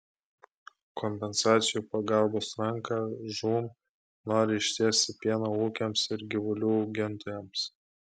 kompensacijų pagalbos ranką žūm nori ištiesti pieno ūkiams ir gyvulių augintojams